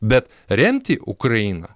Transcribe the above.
bet remti ukrainą